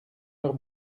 heure